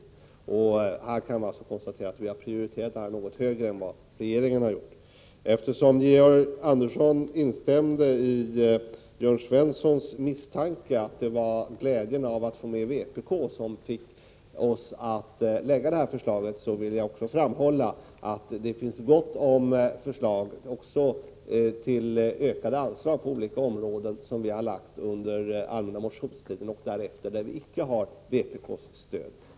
Vi kan här konstatera att centern har prioriterat anslagen till de humanistiska och de samhällsvetenskapliga fakulteterna något högre än vad regeringen har gjort. Eftersom Georg Andersson instämde i Jörn Svenssons misstanke att det var glädjen över att få med vpk som fick oss att lägga fram detta förslag vill jag framhålla att det finns gott om förslag, också till ökade anslag på olika områden, som vi har lagt fram under den allmänna motionstiden och för vilka vi icke har vpk:s stöd.